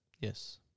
Yes